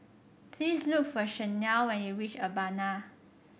please look for Chanelle when you reach Urbana